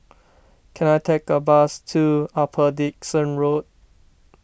can I take a bus to Upper Dickson Road